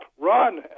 Run